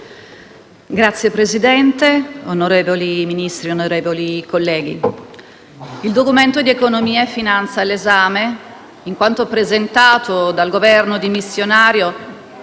Signor Presidente, onorevoli Ministri, onorevoli colleghi, il Documento di economia e finanza all'esame, in quanto presentato dal Governo dimissionario,